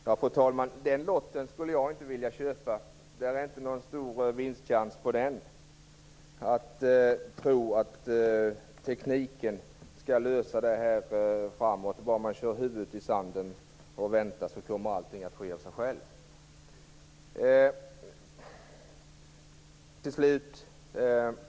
Fru talman! Den lotten skulle jag inte vilja köpa - det är inte någon stor vinstchans på den. Man tror att tekniken skall lösa det här i framtiden, och om man bara kör huvudet i sanden och väntar kommer allt att ske av sig självt.